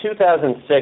2006